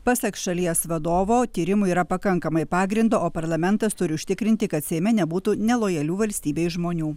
pasak šalies vadovo tyrimui yra pakankamai pagrindo o parlamentas turi užtikrinti kad seime nebūtų nelojalių valstybei žmonių